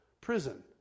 prison